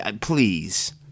Please